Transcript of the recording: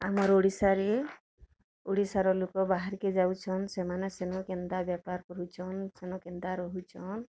ଆମର୍ ଓଡ଼ିଶାରେ ଓଡ଼ିଶାର ଲୋକ ବାହାର୍କେ ଯାଉଛନ୍ ସେମାନେ ସେନୁ କେନ୍ତା ବେପାର୍ କରୁଛନ୍ ସେନୁ କେନ୍ତା ରହୁଛନ୍